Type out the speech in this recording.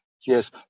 Yes